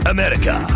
America